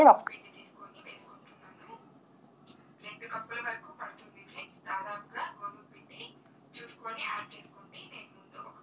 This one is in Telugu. పైసల బదిలీ ఎక్కడయిన జరుగుతదా?